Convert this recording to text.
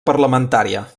parlamentària